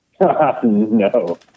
No